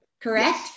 correct